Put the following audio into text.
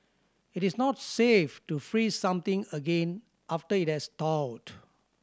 it is not safe to freeze something again after it has thawed